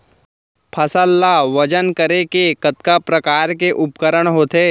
फसल ला वजन करे के कतका प्रकार के उपकरण होथे?